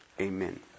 amen